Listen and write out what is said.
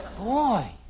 Boy